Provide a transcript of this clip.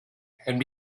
and